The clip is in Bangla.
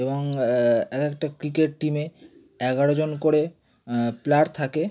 এবং একেকটা ক্রিকেট টিমে এগারোজন করে প্লেয়ার থাকে